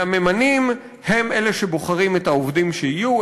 והממנים הם שבוחרים את העובדים שיהיו,